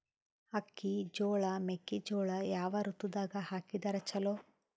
ಅಕ್ಕಿ, ಜೊಳ, ಮೆಕ್ಕಿಜೋಳ ಯಾವ ಋತುದಾಗ ಹಾಕಿದರ ಚಲೋ?